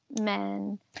men